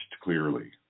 clearly